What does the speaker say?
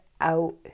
out